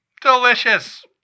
Delicious